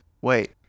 wait